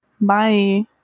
Bye